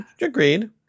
Agreed